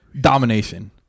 domination